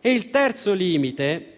Il terzo limite